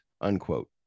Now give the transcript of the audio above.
unquote